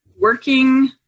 working